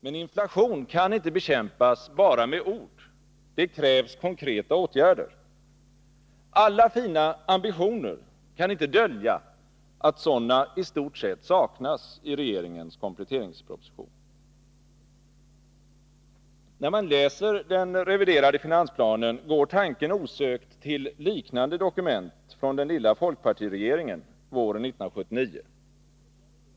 Men inflation kan inte bekämpas bara med ord — det krävs konkreta åtgärder. Alla fina ambitioner kan inte dölja att sådana i stort sett saknas i regeringens kompletteringsproposition. När man läser den reviderade finansplanen, går tanken osökt till liknande dokument från den lilla folkpartiregeringen våren 1979.